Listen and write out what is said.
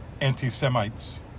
anti-Semites